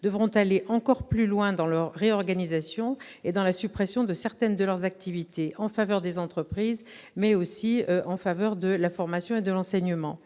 devront aller encore plus loin dans leur réorganisation et dans la suppression de certaines de leurs activités en faveur des entreprises ou dans le domaine de la formation et de l'enseignement.